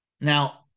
now